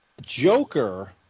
Joker